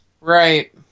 Right